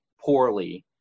poorly